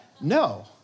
No